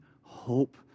hope